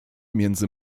między